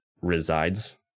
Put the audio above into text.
resides